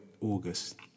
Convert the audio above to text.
August